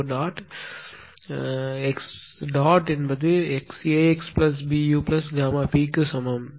̇ X AxBuΓp க்கு சமம்